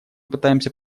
пытаемся